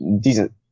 decent